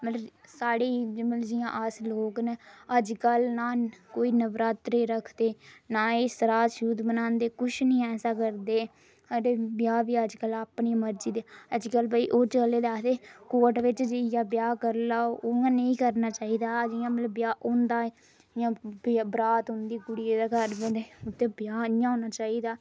मतलब रीति रिवाज साढ़े मतलब जि'यां अस लोग न अजकल न कोई नवरात्रे रखदे न एह् श्राध श्रूध मनांदे किश निं ऐसा करदे साढ़े ब्याह बी अजकल अपनी मर्जी दे अजकल भाई ओह् चलै दा आखदे कोर्ट बिच जाइयै ब्याह करी लैओ उ'आं नेईं करना चाहिदा मतलब जि'यां ब्याह होंदा ऐ जि'यां बरात औंदी कुड़िये दे घर बी होंदे उत्थै ब्याह इ'यां होना चाहिदा